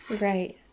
Right